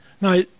Now